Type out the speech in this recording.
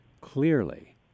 Clearly